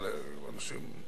אבל אם אנשים,